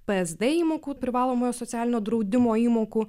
psd įmokų privalomojo socialinio draudimo įmokų